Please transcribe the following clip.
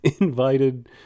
invited